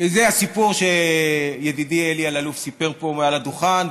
וזה הסיפור שידידי אלי אלאלוף סיפר פה מעל הדוכן.